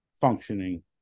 functioning